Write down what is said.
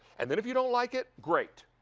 and then if you don't like it, great,